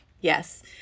Yes